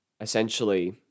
essentially